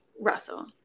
Russell